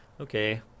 Okay